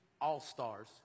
all-stars